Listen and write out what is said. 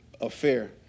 affair